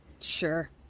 Sure